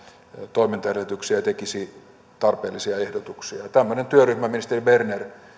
toimintaedellytyksiä ja tekisi tarpeellisia ehdotuksia tämmöisen työryhmän ministeri berner